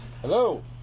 Hello